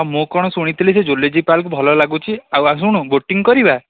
ହଁ ମୁଁ କ'ଣ ଶୁଣିଥିଲି ଯେ ଜୁଲୋଜି ପାର୍କ ଭଲ ଲାଗୁଛି ଆଉ ଶୁଣୁ ବୋଟିଂ କରିବା